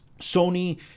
sony